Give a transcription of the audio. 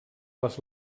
les